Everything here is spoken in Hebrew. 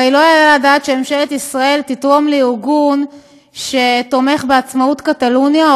הרי לא יעלה על הדעת שממשלת ישראל תתרום לארגון שתומך בעצמאות קטלוניה,